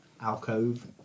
alcove